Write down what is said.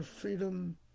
freedom